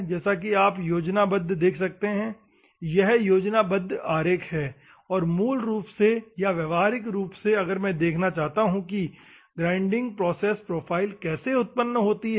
जैसा कि आप योजनाबद्ध देख सकते हैं यह योजनाबद्ध आरेख है और मूल रूप से या व्यावहारिक रूप से अगर मैं देखना चाहता हूं कि ग्राइंडिंग प्रोसेस प्रोफाइल कैसे उत्पन्न होती है